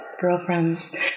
girlfriends